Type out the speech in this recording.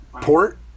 Port